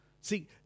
See